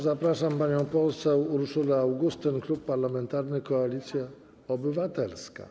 Zapraszam panią poseł Urszulę Augustyn, Klub Parlamentarny Koalicja Obywatelska.